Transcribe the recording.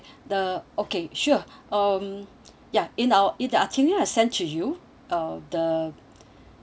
the okay sure um ya in our in itinerary I send to you um the